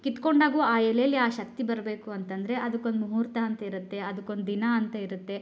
ಕಿತ್ಕೊಂಡಾಗೂ ಆ ಎಲೆಲಿ ಆ ಶಕ್ತಿ ಬರಬೇಕು ಅಂತ ಅಂದ್ರೆ ಅದ್ಕೊಂದು ಮುಹೂರ್ತ ಅಂತ ಇರುತ್ತೆ ಅದ್ಕೊಂದು ದಿನ ಅಂತ ಇರುತ್ತೆ